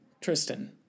Tristan